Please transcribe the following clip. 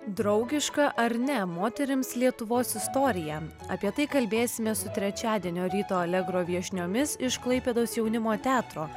draugiška ar ne moterims lietuvos istorija apie tai kalbėsime su trečiadienio ryto alegro viešniomis iš klaipėdos jaunimo teatro